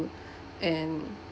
and